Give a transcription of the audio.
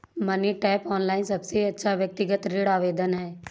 money tap, online सबसे अच्छा व्यक्तिगत ऋण आवेदन है